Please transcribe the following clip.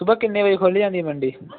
ਸੁਬਹਾ ਕਿੰਨੇ ਵਜੇ ਖੁੱਲ੍ਹ ਜਾਂਦੀ ਏ ਮੰਡੀ